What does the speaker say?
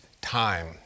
time